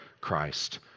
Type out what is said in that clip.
Christ